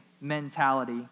mentality